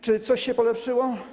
Czy coś się polepszyło?